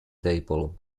table